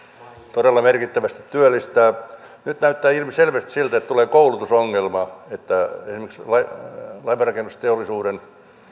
todella merkittävästi työllistää nyt näyttää ilmiselvästi siltä että tulee koulutusongelma että esimerkiksi laivanrakennusteollisuuden